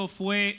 fue